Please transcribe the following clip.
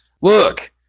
Look